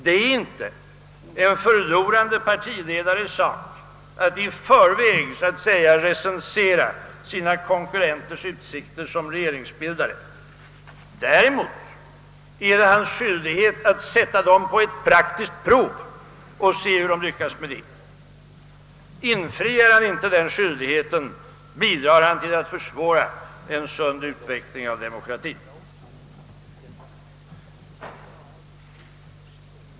Det är inte en förlorande partiledares uppgift att i förväg så att säga recensera sina konkurrenters utsikter som regeringsbildare. Däremot är det hans skyldighet att sätta dem på ett praktiskt prov och avvakta hur de lyckas med det. Infriar han inte denna skyldighet, bidrar han till att försvåra en sund utveckling av demokratien.